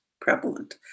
prevalent